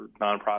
nonprofit